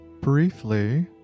briefly